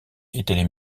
étaient